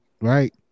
right